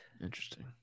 Interesting